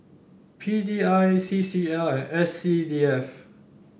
P D I C C L and S C D F